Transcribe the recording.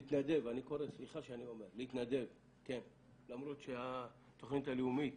להתנדב, למרות שהתוכנית הלאומית